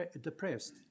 depressed